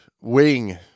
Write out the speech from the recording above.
wing